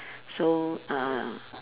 so uh